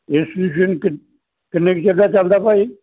institution ਕਿਨ ਕਿੰਨੇ ਕੁ ਚਿਰ ਦਾ ਚੱਲਦਾ ਭਾਈ